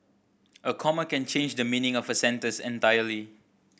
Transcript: a comma can change the meaning of a sentence entirely